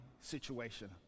situation